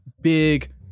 big